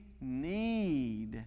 need